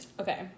okay